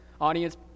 Audience